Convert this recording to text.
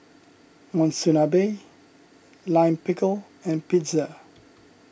Monsunabe Lime Pickle and Pizza